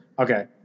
Okay